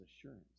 assurance